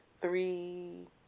three